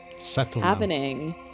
happening